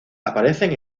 aparecen